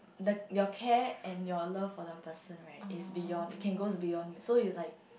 the your care and your love for the person right is beyond it can goes beyond so you like